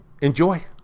enjoy